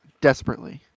desperately